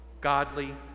godly